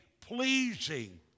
pleasing